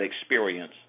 experience